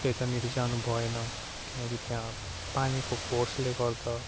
त्यतानेरि जानुभएन किनकि त्यहाँ पानीको फोर्सले गर्दा